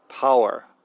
power